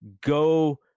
go